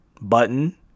Button